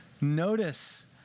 Notice